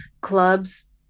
Clubs